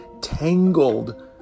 tangled